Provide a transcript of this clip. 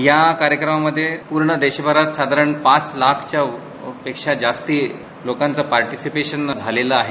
या कार्यक्रमामध्ये पूर्ण देशभरातून साधारण पाच लाखपेक्षा जास्त लोकांचं पार्टीसिपेशन झालं आहे